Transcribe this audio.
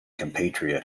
compatriot